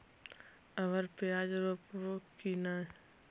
अबर प्याज रोप्बो की नय?